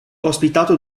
ospitato